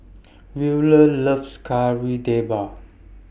Wheeler loves Kari Debal